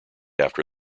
after